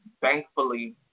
thankfully